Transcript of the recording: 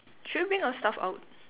should we bring our stuff out